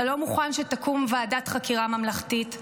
אתה לא מוכן שתקום ועדת חקירה ממלכתית,